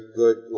good